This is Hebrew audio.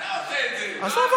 אתה עושה את זה, לא אני.